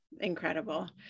incredible